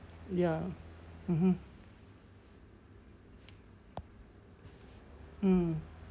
ya mmhmm mm